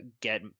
get